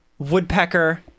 woodpecker